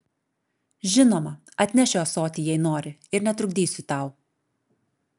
žinoma atnešiu ąsotį jei nori ir netrukdysiu tau